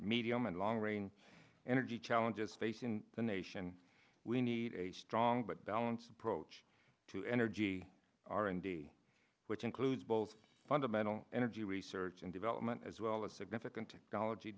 medium and long range energy challenges facing the nation we need a strong but balanced approach to energy r and d which includes both fundamental energy research and development as well as significant technology